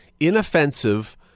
inoffensive